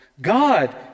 God